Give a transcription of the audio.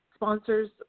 sponsors